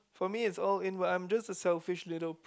for me it's all inward I'm just selfish little